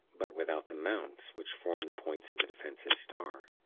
but without the mounts, which form the points of the defensive star.